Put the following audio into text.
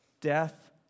death